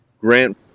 Grant